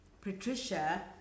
Patricia